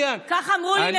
ככה אמרו לי,